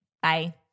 Bye